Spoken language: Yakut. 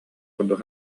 курдук